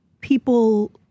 people